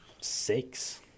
six